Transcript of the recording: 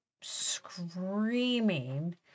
screaming